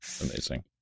amazing